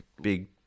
big